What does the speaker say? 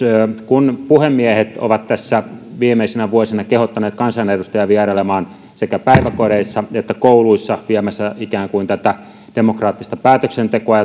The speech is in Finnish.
kun puhemiehet ovat tässä viimeisinä vuosina kehottaneet kansanedustajia vierailemaan sekä päiväkodeissa että kouluissa viemässä ikään kuin demokraattista päätöksentekoa